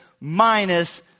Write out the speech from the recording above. minus